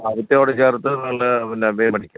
ആ ഭിത്തിയോട് ചേർത്ത് നല്ല പിന്നെ